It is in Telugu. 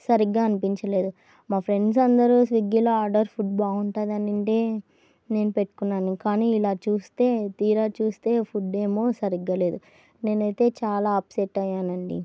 సరిగ్గా అనిపించలేదు మా ఫ్రెండ్స్ అందరూ స్విగ్గీలో ఆర్డర్ ఫుడ్ బాగుంటుందంటే నేను పెట్టుకున్నాను కానీ ఇలా చూస్తే తీరా చూస్తే ఫుడ్ ఏమో సరిగ్గా లేదు నేనైతే చాలా అప్సెట్ అయ్యానండి